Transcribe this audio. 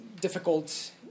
difficult